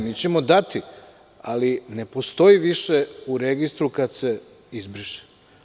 Mi ćemo dati, ali ne postoji više u registru kada se izbriše.